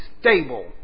stable